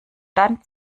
dann